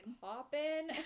popping